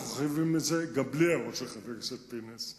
אנחנו חייבים את זה גם בלי ההערות של חבר הכנסת פינס.